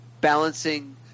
balancing